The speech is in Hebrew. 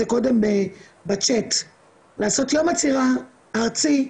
לעשות יום עצירה ארצי,